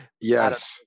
Yes